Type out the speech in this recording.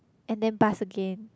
and then bus again